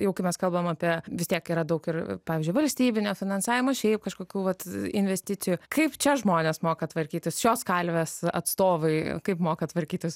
jau kai mes kalbam apie vis tiek yra daug ir pavyzdžiui valstybinio finansavimo šiaip kažkokių vat investicijų kaip čia žmonės moka tvarkytis šios kalvės atstovai kaip moka tvarkytis